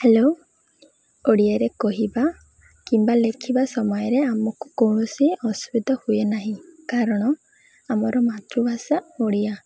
hello ଓଡ଼ିଆରେ କହିବା କିମ୍ବା ଲେଖିବା ସମୟରେ ଆମକୁ କୌଣସି ଅସୁବିଧା ହୁଏ ନାହିଁ କାରଣ ଆମର ମାତୃଭାଷା ଓଡ଼ିଆ